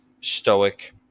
stoic